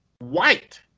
White